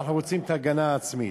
ואנחנו רוצים את ההגנה העצמית.